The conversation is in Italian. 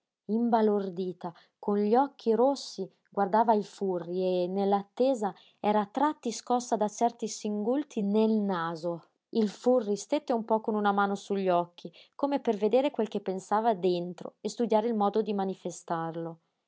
piú imbalordita con gli occhi rossi guardava il furri e nell'attesa era a tratti scossa da certi singulti nel naso il furri stette un po con una mano su gli occhi come per vedere quel che pensava dentro e studiare il modo di manifestarlo